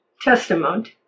testament